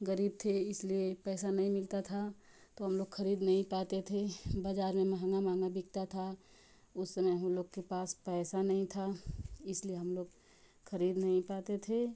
गरीब थे इसलिए पैसा नहीं मिलता था तो हम लोग खरीद नहीं पाते थे बाज़ार में महंगा महंगा बिकता था उस समय हम लोग के पास पैसा नहीं था इसलिए हम लोग खरीद नहीं पाते थे